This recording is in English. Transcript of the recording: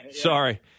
Sorry